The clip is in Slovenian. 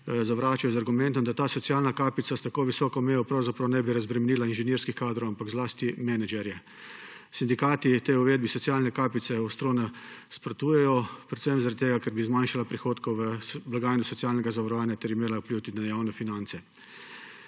zavračajo z argumentom, da ta socialna kapica s tako visoko mejo pravzaprav ne bi razbremenila inženirskih kadrov, ampak zlasti menedžerje. Sindikati uvedbi socialne kapice ostro nasprotujejo predvsem zaradi tega, ker bi zmanjšala prihodke v blagajno socialnega zavarovanja ter imela vpliv tudi na javne finance.